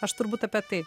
aš turbūt apie tai